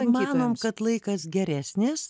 manom kad laikas geresnis